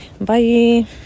bye